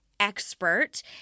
expert